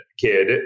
kid